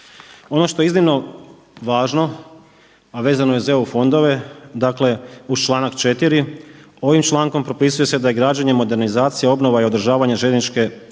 Ono što je iznimno važno a vezano je uz EU fondove, dakle uz članak 4., ovim člankom propisuje se da je građenje, modernizacija, obnova i održavanje željeznice